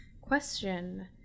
Question